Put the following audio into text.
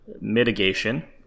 mitigation